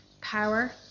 power